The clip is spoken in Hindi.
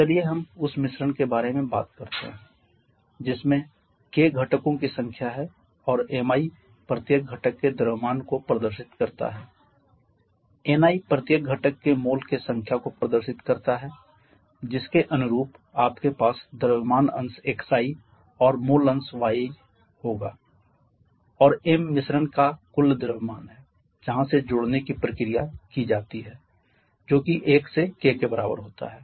चलिए हम उस मिश्रण के बारे में बात करते हैं जिसमें k घटकों की संख्या है और mi प्रत्येक घटक के द्रव्यमान को प्रदर्शित करता है ni प्रत्येक घटक के मोल के संख्या को प्रदर्शित करता है जिसके अनुरूप आपके पास द्रव्यमान अंश xi और मोल अंश yi होगा और m मिश्रण का कुल द्रव्यमान है जहां से जोड़ने कीप्रक्रिया की जाती है जो कि 1 से k के बराबर होता है